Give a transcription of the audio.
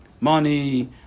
Money